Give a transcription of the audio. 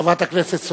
חברת הכנסת סולודקין.